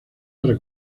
para